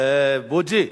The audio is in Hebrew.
בוז'י,